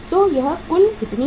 तो यह कुल कितनी है